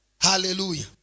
Hallelujah